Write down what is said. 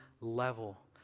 level